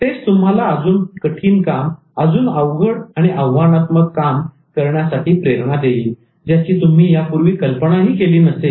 तेच तुम्हाला अजून कठीण काम अजून अवघड आणि आव्हानात्मक कामे करण्यासाठी प्रेरणा देईल ज्याची तुम्ही यापूर्वी कल्पनाही केली नसेल